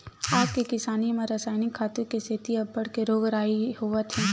आज के किसानी म रसायनिक खातू के सेती अब्बड़ के रोग राई होवत हे